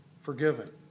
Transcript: forgiven